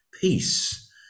peace